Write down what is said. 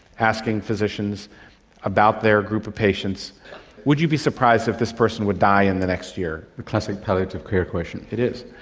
asking physicians about their group of patients would you be surprised if this person would die in the next year? the classic palliative care question. it is.